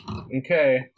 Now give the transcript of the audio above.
Okay